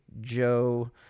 Joe